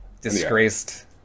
Disgraced